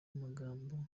namagambo